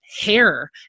hair